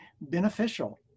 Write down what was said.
beneficial